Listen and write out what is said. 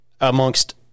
amongst